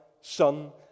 Son